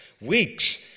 weeks